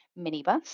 minibus